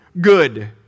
Good